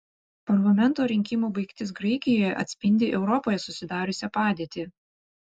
parlamento rinkimų baigtis graikijoje atspindi europoje susidariusią padėtį